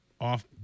off